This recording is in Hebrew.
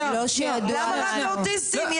אבל למה רק האוטיסטים?